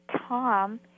Tom